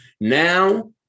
now